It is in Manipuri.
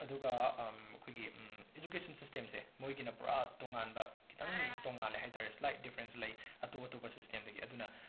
ꯑꯗꯨꯒ ꯑꯩꯈꯣꯏꯒꯤ ꯏꯖꯨꯀꯦꯁꯟ ꯁꯤꯁꯇꯦꯝꯁꯦ ꯃꯣꯏꯒꯤꯅ ꯄꯨꯔꯥ ꯇꯣꯡꯉꯥꯟꯕ ꯈꯤꯇꯪ ꯇꯣꯡꯉꯥꯜꯂꯦ ꯍꯥꯏ ꯇꯥꯔꯦ ꯁ꯭ꯂꯥꯏꯠ ꯗꯤꯐꯔꯦꯟꯁ ꯂꯩ ꯑꯇꯣꯞ ꯑꯇꯣꯞꯄ ꯁꯤꯁꯇꯦꯝꯗꯒꯤ ꯑꯗꯨꯅ